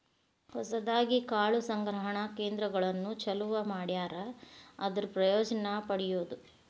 ಹೊಸದಾಗಿ ಕಾಳು ಸಂಗ್ರಹಣಾ ಕೇಂದ್ರಗಳನ್ನು ಚಲುವ ಮಾಡ್ಯಾರ ಅದರ ಪ್ರಯೋಜನಾ ಪಡಿಯುದು